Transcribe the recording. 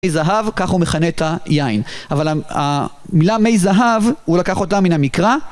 מי זהב, כך הוא מכנה את היין. אבל המילה "מי זהב" הוא לקח אותה מן המקרא.